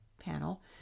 panel